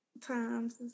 times